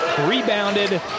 Rebounded